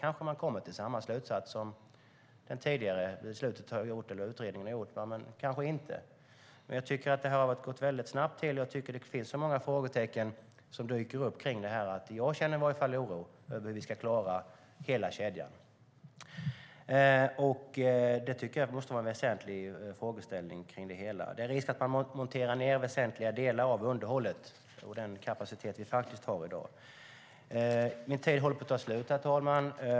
Kanske kommer man fram till samma slutsats som den tidigare utredningen har gjort, eller kanske inte. Jag tycker att det hela har gått väldigt snabbt, och jag tycker att det finns så många frågetecken som dyker upp att i alla fall jag känner oro över hur vi ska klara hela kedjan. Och det måste vara en väsentlig frågeställning kring det hela. Det finns risk för att man monterar ned väsentliga delar av underhållet och den kapacitet vi faktiskt har i dag.